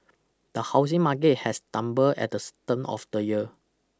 the housing market has stumbled at the turn of the year